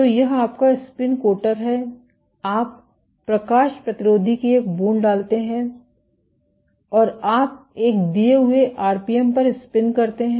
तो यह आपका स्पिन कोटर है आप प्रकाश प्रतिरोधी की एक बूंद डालते हैं और आप एक दिए हुए आरपीएम पर स्पिन करते हैं